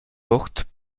portes